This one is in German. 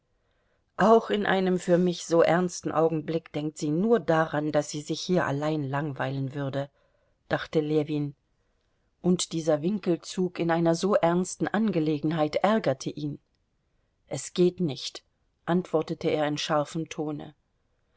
auch in einem für mich so ernsten augenblick denkt sie nur daran daß sie sich hier allein langweilen würde dachte ljewin und dieser winkelzug in einer so ernsten angelegenheit ärgerte ihn es geht nicht antwortete er in scharfem tone